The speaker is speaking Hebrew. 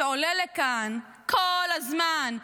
שעולה לכאן כל הזמן,